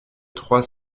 trois